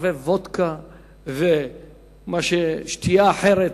מערבב וודקה ושתייה אחרת,